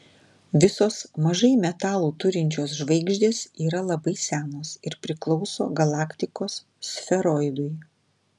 visos mažai metalų turinčios žvaigždės yra labai senos ir priklauso galaktikos sferoidui